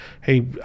Hey